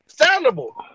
understandable